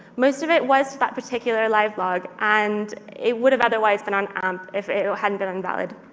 most of it was to that particular live blog, and it would have otherwise been on amp if it hadn't been invalid.